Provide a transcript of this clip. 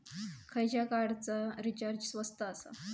खयच्या कार्डचा रिचार्ज स्वस्त आसा?